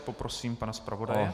Poprosím pana zpravodaje.